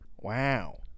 Wow